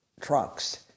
trucks